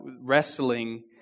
wrestling